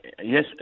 Yes